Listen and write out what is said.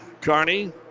Carney